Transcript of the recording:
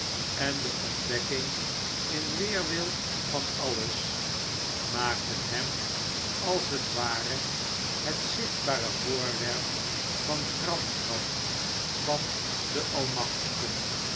en de ontdekking in weerwil van dat alles maakten hem als het ware het zichtbare voorwerp der gramschap van den almachtige